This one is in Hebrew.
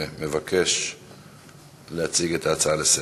מבקש להציג את ההצעה לסדר.